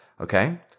okay